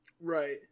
Right